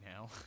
now